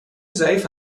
ضعیف